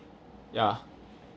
ya